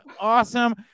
awesome